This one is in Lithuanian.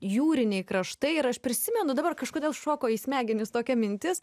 jūriniai kraštai ir aš prisimenu dabar kažkodėl šoko į smegenis tokia mintis